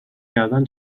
کردن